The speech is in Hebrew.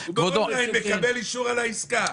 --- באון-ליין תקבל אישור על העסקה.